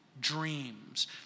dreams